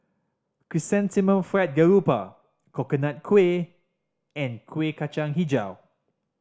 Chrysanthemum Fried Garoupa Coconut Kuih and Kueh Kacang Hijau